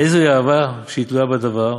איזוהי אהבה שהיא תלויה בדבר?